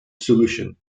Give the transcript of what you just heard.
solution